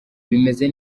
bimeze